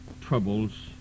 troubles